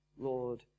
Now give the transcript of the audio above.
Lord